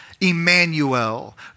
Emmanuel